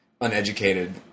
uneducated